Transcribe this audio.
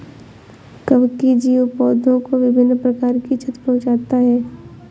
कवकीय जीव पौधों को विभिन्न प्रकार की क्षति पहुँचाते हैं